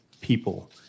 people